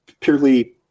purely